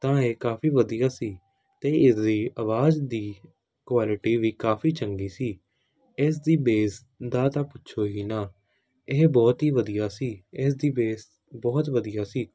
ਤਾਂ ਇਹ ਕਾਫੀ ਵਧੀਆ ਸੀ ਅਤੇ ਇਸ ਦੀ ਆਵਾਜ਼ ਦੀ ਕੁਆਲਿਟੀ ਵੀ ਕਾਫੀ ਚੰਗੀ ਸੀ ਇਸ ਦੀ ਬੇਸ ਦਾ ਤਾਂ ਪੁੱਛੋ ਹੀ ਨਾ ਇਹ ਬਹੁਤ ਹੀ ਵਧੀਆ ਸੀ ਇਸ ਦੀ ਬੇਸ ਬਹੁਤ ਵਧੀਆ ਸੀ